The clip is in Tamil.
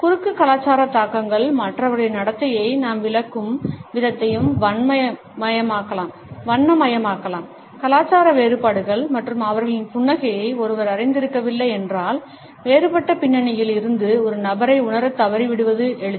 குறுக்கு கலாச்சார தாக்கங்கள் மற்றவர்களின் நடத்தையை நாம் விளக்கும் விதத்தையும் வண்ணமயமாக்கலாம் கலாச்சார வேறுபாடுகள் மற்றும் அவர்களின் புன்னகையை ஒருவர் அறிந்திருக்கவில்லை என்றால் வேறுபட்ட பின்னணியில் இருந்து ஒரு நபரை உணரத் தவறிவிடுவது எளிது